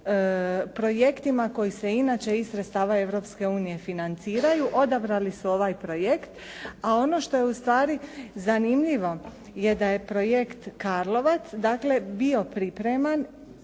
projektima koji se inače iz sredstava Europske unije financiraju odabrali su ovaj projekt. A ono što je u stvari zanimljivo je da je projekt Karlovac dakle bio pripreman